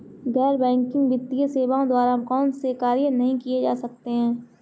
गैर बैंकिंग वित्तीय सेवाओं द्वारा कौनसे कार्य नहीं किए जा सकते हैं?